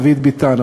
דוד ביטן,